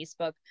Facebook